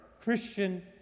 Christian